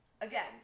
again